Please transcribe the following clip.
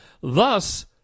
thus